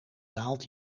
daalt